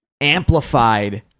amplified